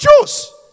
choose